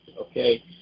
okay